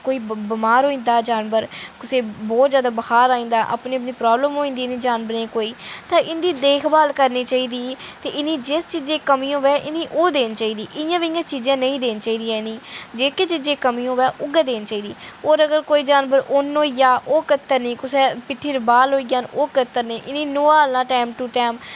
बमार होई जंदा ओह् जानवर कुसै गी बहुत जैदा बुखार आई जंदा ऐ अपनी अपनी प्राॅब्लम होई जंदी इ'नें जानवरें गी कोई तां इं'दी देखभाल करनी चाहिदी ते इ'नें गी जिस चीजें दी कमी होए इ'नें गी ओह् देना चाहिदी इ'नें गी इ'यां चीजां नेईं देना चाहिदी जेह्के चीजें दी कमी होए उ'ऐ देनी चाहिदी होर अगर कुसै जानवरे गी उन्न होई जा जां बाल होई जा न ओह् कतरने इ'नें गी नोहालना टाइम टू टाइम